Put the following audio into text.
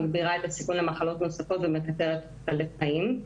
מגבירה את הסיכון למחלות נוספות ומקצרת את תוחלת החיים.